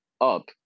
up